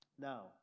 Now